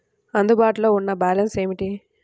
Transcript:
అందుబాటులో ఉన్న బ్యాలన్స్ ఏమిటీ?